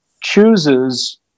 chooses